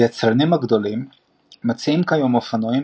היצרנים הגדולים מציעים כיום אופנועים